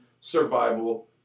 survival